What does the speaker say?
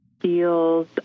feels